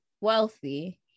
wealthy